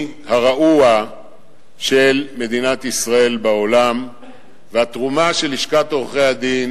הרעוע של מדינת ישראל בעולם והתרומה של לשכת עורכי-הדין,